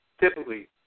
typically